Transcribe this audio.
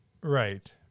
Right